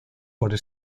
por